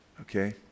Okay